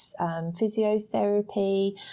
physiotherapy